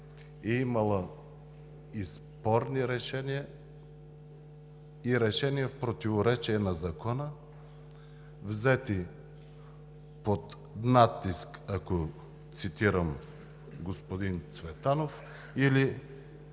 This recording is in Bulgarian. е имала и спорни решения, и решения в противоречие на закона, взети под натиск, ако цитирам господин Цветанов, или